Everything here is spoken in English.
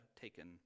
taken